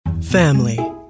Family